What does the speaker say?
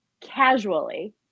casually